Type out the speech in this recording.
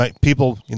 people